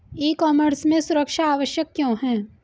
ई commerce में सुरक्षा आवश्यक क्यों है?